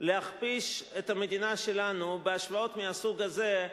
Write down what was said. להכפיש את המדינה שלנו בהשוואות מהסוג הזה,